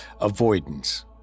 avoidance